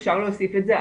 אפשר להוסיף את זה,